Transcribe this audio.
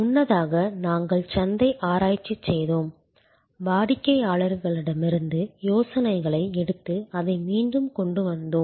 முன்னதாக நாங்கள் சந்தை ஆராய்ச்சி செய்தோம் வாடிக்கையாளரிடமிருந்து யோசனைகளை எடுத்து அதை மீண்டும் கொண்டு வந்தோம்